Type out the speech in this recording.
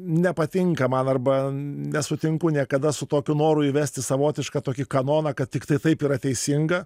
nepatinka man arba nesutinku niekada su tokiu noru įvesti savotišką tokį kanoną kad tiktai taip yra teisinga